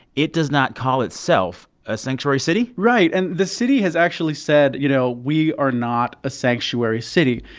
it does not call itself a sanctuary city right. and the city has actually said, you know, we are not a sanctuary city.